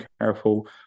careful